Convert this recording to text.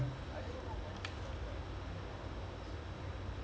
I don't even know when this world cup err came to south hampton